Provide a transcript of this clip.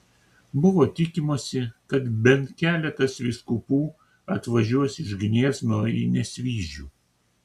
buvo tikimasi kad bent keletas vyskupų atvažiuos iš gniezno į nesvyžių